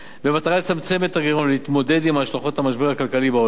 במטרה לצמצם את הגירעון ולהתמודד עם השלכות המשבר הכלכלי בעולם,